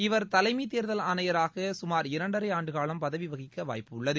இவர் தலைமைதேர்தல் ஆணையராகசுமார் இரண்டரைஆண்டுகாலம் பதவிவகிக்கவாய்ப்புள்ளது